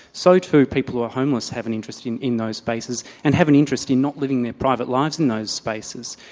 so too people who are homeless have an interest in in those spaces, and have an interest in not living their private lives in those spaces.